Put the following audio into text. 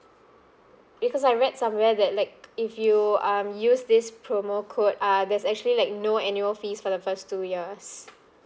because I read somewhere that like if you um use this promo code uh there's actually like no annual fees for the first two years